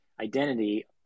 identity